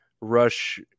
rush